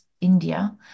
india